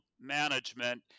management